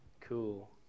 cool